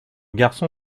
garçon